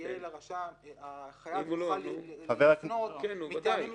שגם בפעם השנייה החייב יוכל לפנות מטעמים מיוחדים.